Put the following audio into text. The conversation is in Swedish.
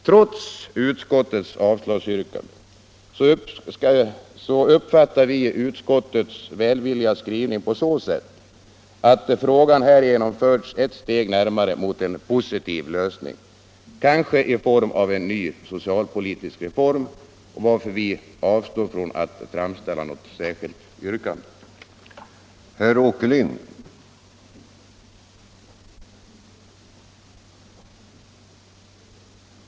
Trots utskottets avslagsyrkande uppfattar vi 181 utskottets välvilliga skrivning på så sätt att frågan härigenom förts ett steg närmare en positiv lösning, kanske i form av en ny socialpolitisk reform, varför vi avstår från att framställa något särskilt yrkande.